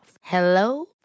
Hello